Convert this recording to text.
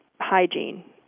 hygiene